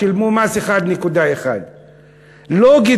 ושילמו 1.1. לוגית,